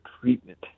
treatment